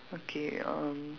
okay um